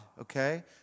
okay